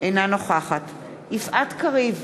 אינה נוכחת יפעת קריב,